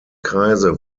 kreise